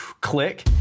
click